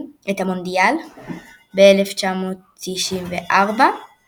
אירופה עשויה לארח את